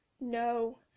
No